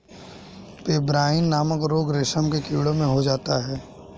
pebrine नामक रोग रेशम के कीड़ों में हो जाता है